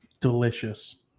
Delicious